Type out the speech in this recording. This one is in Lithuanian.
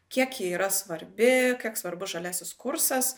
kiek ji yra svarbi kiek svarbus žaliasis kursas